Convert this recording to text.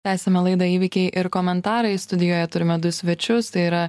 tęsiame laidą įvykiai ir komentarai studijoje turime du svečius tai yra